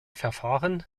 verfahren